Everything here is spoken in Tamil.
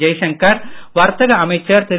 ஜெய்சங்கர் வர்த்தக அமைச்சர் திரு